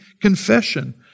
confession